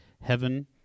heaven